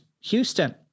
Houston